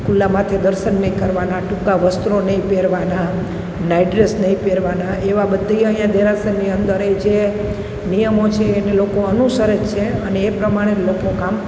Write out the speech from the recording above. ખુલ્લા માથે દર્શન નહીં કરવાના ટૂંકા વસ્ત્રો નહીં પહેરવાના નાઈટ ડ્રેસ નહીં પહેરવાના એવા બધી અહીંયાં દેરાસરની અંદર એ જે નિયમો છે એને લોકો અનુસરે જ છે અને એ પ્રમાણે લોકો કામ